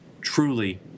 truly